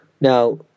Now